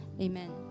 Amen